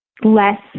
less